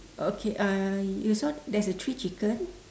okay uh you saw there's a three chicken